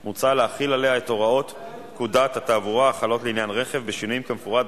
אם השר יחזור לוועדת הכלכלה ויבקש אישור של דחייה.